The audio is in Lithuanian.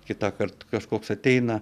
kitąkart kažkoks ateina